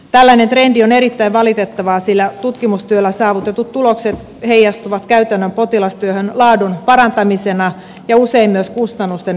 tällainen trendi on erittäin valitettava sillä tutkimustyöllä saavutetut tulokset heijastuvat käytännön potilastyöhön laadun parantamisena ja usein myös kustannusten vähenemisenä